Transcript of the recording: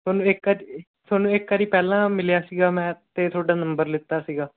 ਤੁਹਾਨੂੰ ਇੱਕ ਵਾਰ ਤੁਹਾਨੂੰ ਇੱਕ ਵਾਰ ਪਹਿਲਾਂ ਮਿਲਿਆ ਸੀਗਾ ਮੈਂ ਅਤੇ ਤੁਹਾਡਾ ਨੰਬਰ ਲਿੱਤਾ ਸੀਗਾ